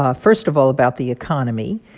ah first of all, about the economy,